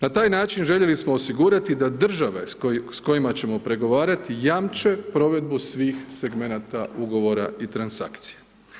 Na taj način željeli smo osigurati da države s kojima ćemo pregovarati jamče provedbu svih segmenata ugovora i transakcije.